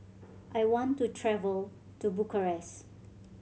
I want to travel to Bucharest